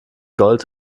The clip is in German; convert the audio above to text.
gold